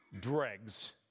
dregs